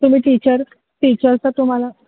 तुम्ही teacher teachers तर तुम्हाला